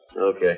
Okay